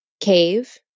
cave